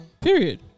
Period